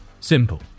Simple